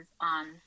on